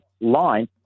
line